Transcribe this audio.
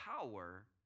power